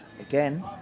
again